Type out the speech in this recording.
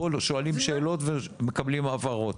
פה שואלים שאלות ומקבלים הבהרות.